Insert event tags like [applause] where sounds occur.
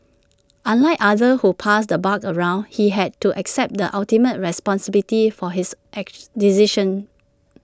unlike others who passed the buck around he had to accept the ultimate responsibility for his [unintelligible] decisions